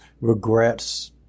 regrets